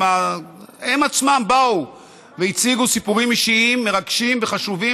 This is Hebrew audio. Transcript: הם עצמם באו והציגו סיפורים אישיים מרגשים וחשובים,